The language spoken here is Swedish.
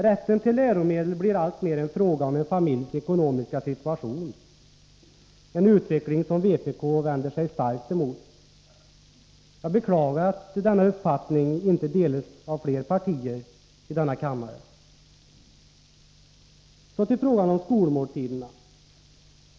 Rätten till läromedel blir alltmer en fråga om en familjs ekonomiska situation — en utveckling som vpk vänder sig starkt emot. Jag beklagar att denna uppfattning inte delas av flera partier i denna kammare. Så till frågan om skolmåltiderna.